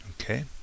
Okay